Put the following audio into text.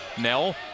Nell